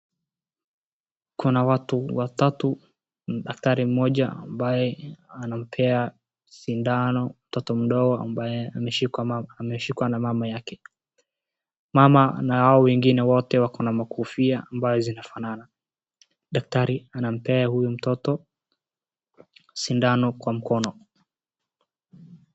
Kuna watu watatu daktari mmoja ambaye anampea sindano mtoto mdogo ambaye ameshikwa na mama yake. Mama na hao wengine wote wakona makofia ambayo zinafanana. Daktari anampea huyu mtoto sindano kwa mkono.